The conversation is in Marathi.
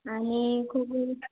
आणि खूप